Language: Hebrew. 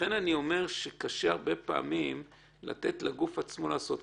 לכן אני אומר שקשה הרבה פעמים לתת לגוף עצמו לעשות,